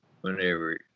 whenever